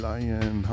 Lion